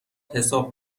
حساب